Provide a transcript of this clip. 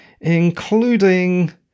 including